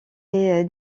est